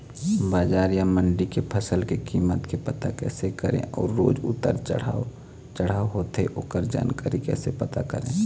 बजार या मंडी के फसल के कीमत के पता कैसे करें अऊ रोज उतर चढ़व चढ़व होथे ओकर जानकारी कैसे पता करें?